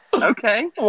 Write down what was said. Okay